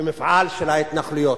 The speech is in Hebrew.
במפעל של ההתנחלויות,